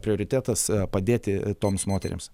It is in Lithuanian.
prioritetas padėti toms moterims